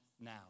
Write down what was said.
now